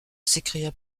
s’écria